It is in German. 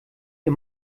ihr